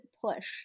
push